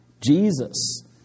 Jesus